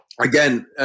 again